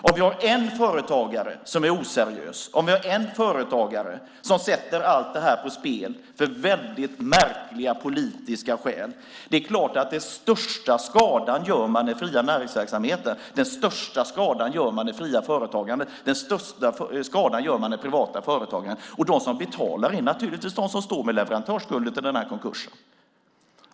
Om vi har en företagare som är oseriös och om vi har en företagare som sätter allt det här på spel av väldigt märkliga politiska skäl skadar det självklart mest den fria näringsverksamheten, det fria företagandet och det privata företagandet. De som får betala är naturligtvis de som står där med leverantörsskulder i samband med konkursen.